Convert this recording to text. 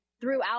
throughout